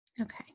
Okay